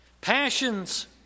passions